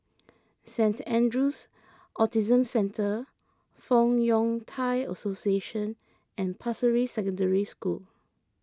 Saint andrew's Autism Centre Fong Yun Thai Association and Pasir Ris Secondary School